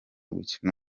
gukina